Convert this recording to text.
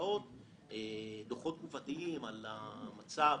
דוחות תקופתיים על המצב,